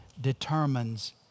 determines